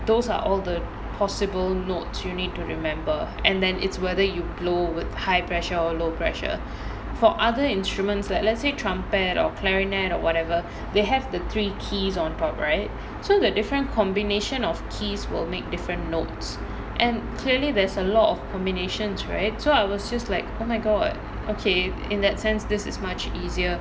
those are all the possible notes you need to remember and then it's whether you blow with high pressure or low pressure for other instruments like let's say trumpet or clarinet or whatever they have the three keys on top right so the different combination of keys will make different notes and clearly there's a lot of combinations right so I was just like oh my god okay in that sense this is much easier